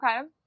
Okay